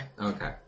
Okay